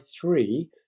three